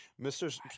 mr